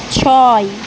ছয়